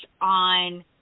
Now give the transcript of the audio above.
on